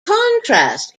contrast